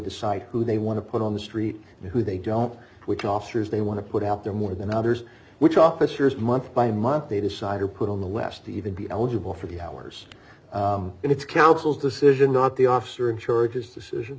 decide who they want to put on the street and who they don't which officers they want to put out there more than others which officers month by month they decide are put on the west to even be eligible for the hours and it's council's decision not the officer assured his decision